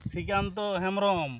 Srikanta Hembram